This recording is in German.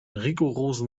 rigorosen